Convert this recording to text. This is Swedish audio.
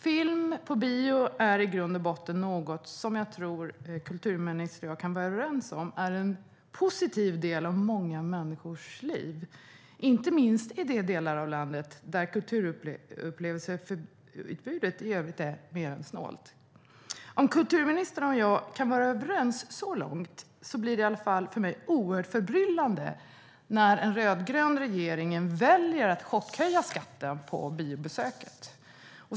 Film på bio är i grund och botten något som jag tror att kulturministern och jag kan vara överens om är en positiv del av många människors liv. Det gäller inte minst i de delar av landet där kulturutbudet i övrigt är mer än snålt. Om kulturministern och jag kan vara överens så långt blir det för mig oerhört förbryllande när den rödgröna regeringen väljer att chockhöja skatten på biobesöket.